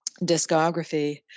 discography